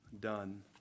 done